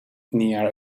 near